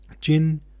gin